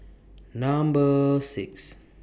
Number six